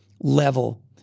level